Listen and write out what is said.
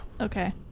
Okay